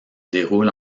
déroule